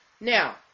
Now